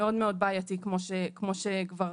מאוד בעייתי כמו שכבר